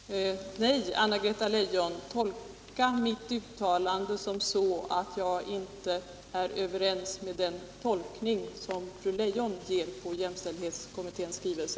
Herr talman! Nej, Anna-Greta Leijon, tolka ej mitt uttalande så, att jag inte är överens med fru Leijon om hennes tolkning av jämställdhetskommitténs skrivelse.